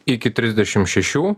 iki trisdešim šešių